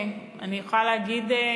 אני יכולה להגיד,